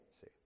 see